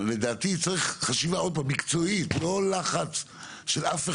צריך חשיבה מקצועית ולא לחץ של אף אחד.